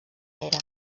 era